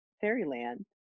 fairyland